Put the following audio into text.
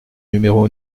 numéro